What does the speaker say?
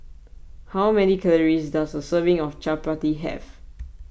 how many calories does a serving of Chapati have